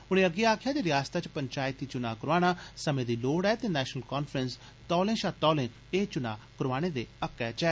उनें अग्गे आक्खेआ जे रयासतै च पंचायती चुना करोआना समें दी लोड़ ऐ ते नेशनल कांफ्रेंस तौले शा तौले एह चुना करोआने दे हक्कै च ऐ